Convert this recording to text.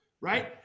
right